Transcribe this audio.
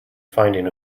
finding